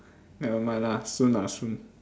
never mind lah soon ah soon